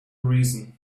reason